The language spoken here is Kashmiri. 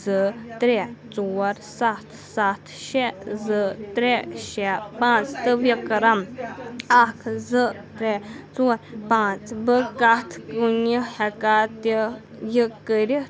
زٕ ترٛےٚ ژور سَتھ سَتھ شےٚ زٕ ترٛےٚ شےٚ پانٛژھ تہٕ وِکرم اَکھ زٕ ترٛےٚ ژور پانٛژھ بہٕ کَتھ کُنہِ ہٮ۪کھا تہِ یہِ کٔرِتھ